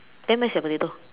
then where is your potato